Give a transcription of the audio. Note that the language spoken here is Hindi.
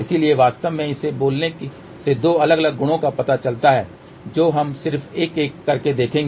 इसलिए वास्तव में इसे बोलने से दो अलग अलग गुणों का पता चलता है जो हम सिर्फ एक एक करके देखेंगे